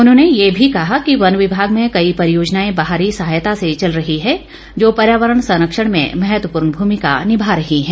उन्होंने यह भी कहा कि वन विभाग में कई परियोजनाएं बाहरी सहायता से चल रही है जो पर्यावरण संरक्षण में महत्वपूर्ण भूमिका निभा रही है